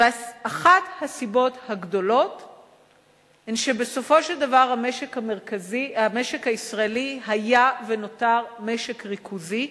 אחת הסיבות היא שבסופו של דבר המשק הישראלי היה ונותר משק ריכוזי,